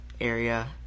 area